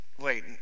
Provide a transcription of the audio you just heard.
wait